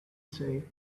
say